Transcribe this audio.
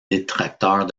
détracteurs